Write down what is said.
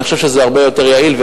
אני חושב שזה הרבה יותר יעיל,